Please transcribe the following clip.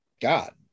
God